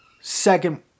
second –